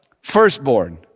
Firstborn